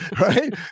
right